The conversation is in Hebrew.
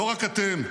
לא רק אתם,